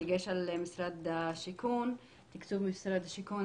בדגש על תקצוב משרד השיכון,